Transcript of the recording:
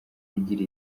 igira